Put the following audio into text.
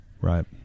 Right